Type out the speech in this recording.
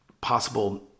possible